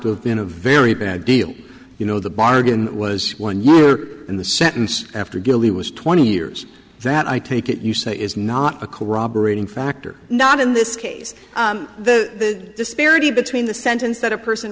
to have been a very bad deal you know the bargain was when you're in the sentence after guilty was twenty years that i take it you say is not a corroborating factor not in this case the disparity between the sentence that a person